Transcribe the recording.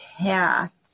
path